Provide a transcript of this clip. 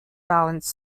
balance